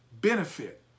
benefit